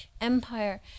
Empire